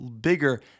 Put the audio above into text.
bigger